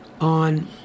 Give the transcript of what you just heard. on